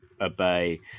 obey